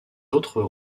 autres